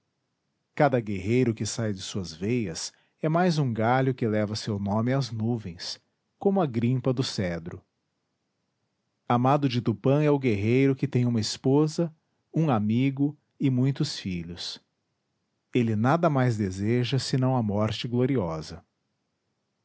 cada guerreiro que sai de suas veias é mais um galho que leva seu nome às nuvens como a grimpa do cedro amado de tupã é o guerreiro que tem uma esposa um amigo e muitos filhos ele nada mais deseja senão a morte gloriosa